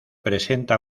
presenta